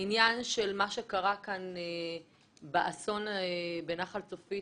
בעניין של מה שקרה כאן באסון בנחל צפית,